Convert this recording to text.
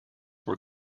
were